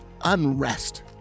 unrest